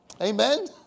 Amen